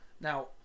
Now